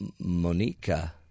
Monica